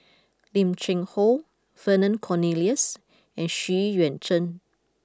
Lim Cheng Hoe Vernon Cornelius and Xu Yuan Zhen